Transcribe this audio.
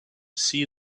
see